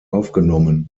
aufgenommen